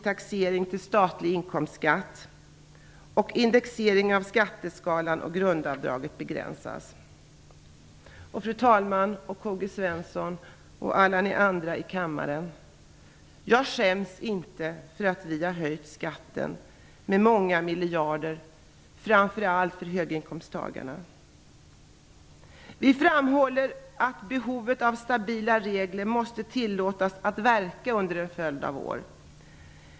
Karl-Gösta Svensson och alla ni andra i kammaren, jag skäms inte för att vi har höjt skatten med många miljarder, framför allt för höginkomsttagarna. Vi framhåller att stabila regler måste tillåtas att verka under en följd av år.